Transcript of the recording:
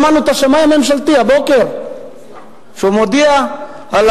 שמענו את השמאי הממשלתי הבוקר מודיע על